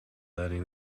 learning